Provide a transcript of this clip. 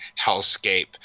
hellscape